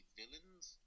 villains